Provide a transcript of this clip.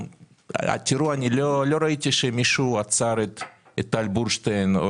אני לא ראיתי שמישהו עצר את טל בורשטיין או